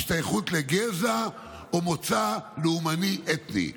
השתייכות לגזע או מוצא לאומני אתני,